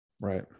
Right